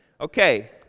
Okay